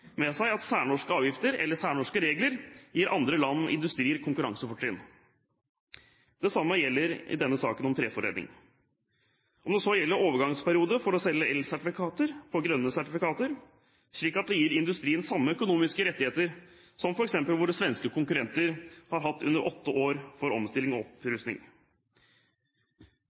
med seg at særnorske avgifter eller særnorske regler gir andre lands industrier konkurransefortrinn. Det samme gjelder i denne saken om treforedling, om det så gjelder en overgangsperiode for å selge elsertifikater på grønne sertifikater, slik at det gir industrien samme økonomiske rettigheter som f.eks. våre svenske konkurrenter har hatt under åtte år for omstilling og opprustning.